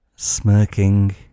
smirking